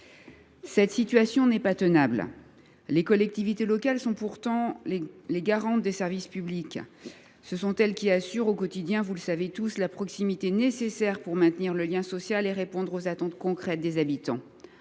Cette situation n’est pas tenable. Les collectivités locales sont les garantes des services publics. Ce sont elles qui assurent au quotidien, vous le savez tous, la proximité nécessaire pour maintenir le lien social et pour répondre aux attentes concrètes des habitants.